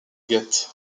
get